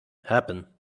happen